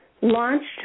launched